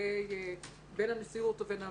בין בנשיאות ובין במליאה.